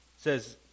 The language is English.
says